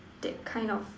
that kind of